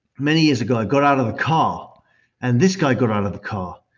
many years ago, i got out of the car and this guy got out of the car,